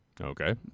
Okay